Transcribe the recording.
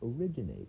originate